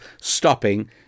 stopping